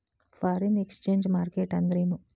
Foreign exchange market ಅಂದ್ರೇನು?